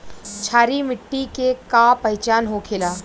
क्षारीय मिट्टी के का पहचान होखेला?